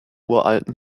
uralten